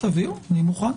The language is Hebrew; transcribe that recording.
אני מוכן.